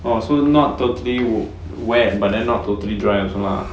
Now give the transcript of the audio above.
oh so not totally wet but then not totally dry also lah